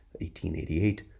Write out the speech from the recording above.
1888